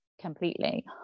completely